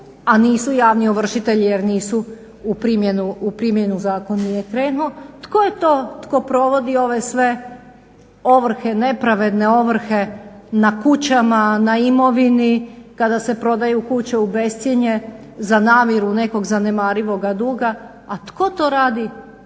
a nisu javni ovršitelji jer u primjenu zakon nije krenuo, tko je to tko provodi ove sve ovrhe, nepravedne ovrhe na kućama, na imovinu, kada se prodaju kuće u bescjenje za namiru nekog zanemarivoga duga, a tko to radi